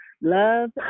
love